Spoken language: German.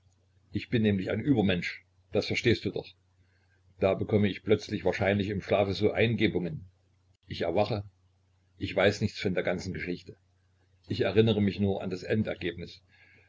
ich bin nämlich ein übermensch das verstehst du doch da bekomme ich plötzlich wahrscheinlich im schlafe so eingebungen ich erwache ich weiß nichts von der ganzen geschichte ich erinnere mich nur an das endergebnis